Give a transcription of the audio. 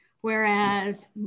whereas